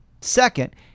Second